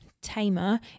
tamer